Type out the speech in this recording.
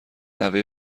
نوه